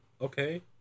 okay